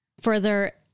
further